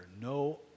No